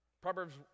Proverbs